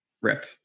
Rip